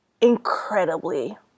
incredibly